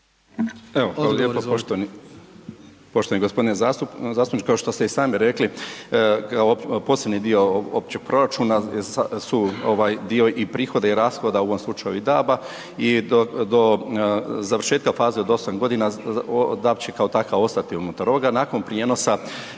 Evo, hvala lijepo. Poštovani gospodine zastupniče kao što ste i sami rekli, posebni dio općeg proračuna su ovaj dio i prihoda i rashoda u ovom slučaju i DAB-a i do završetka faze od 8 godina DAB će kao takav ostati unutar ovoga. Nakon prijenosa